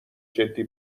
جدی